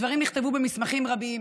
הדברים נכתבו במסמכים רבים,